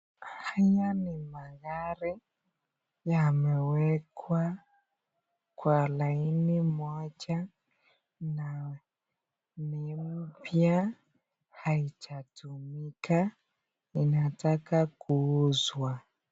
Haya ni magari yameekwa kwa laini moja, ni mpya haijatumika. Inataka kuuzwa.